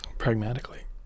Pragmatically